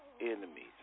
enemies